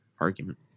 argument